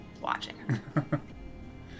watching